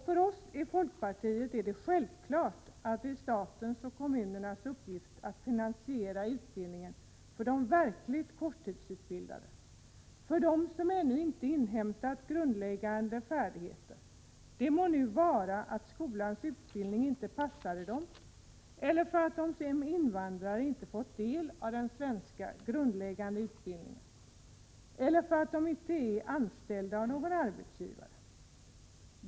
För oss i folkpartiet är det självklart att det är statens och kommunernas uppgift att finansiera utbildningen för de verkligt korttidsutbildade, för dem som ännu inte inhämtat grundläggande färdigheter — det må vara för att skolans utbildning inte passade dem, för att de som invandrare inte fått del av den svenska grundläggande utbildningen eller för att de inte är anställda av någon arbetsgivare.